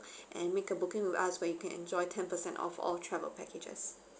and make a booking with us where you can enjoy ten percent off all travel packages